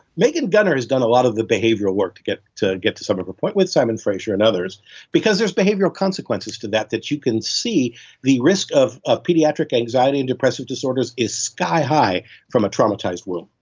megan gunner has done a lot of the behavioral work to get to get to some of the point with simon fraser and others because there's behavioral consequences to that that you can see the risk of ah pediatric anxiety and depressive disorders is sky high from a traumatized womb.